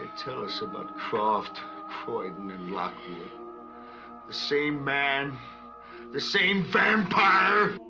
tell us about craft croydon and lockwood the same man the same vampire.